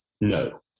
no